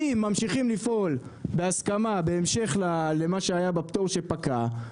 אם ממשיכים לפעול בהסכמה בהמשך למה שהיה בפטור שפקע,